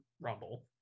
Rumble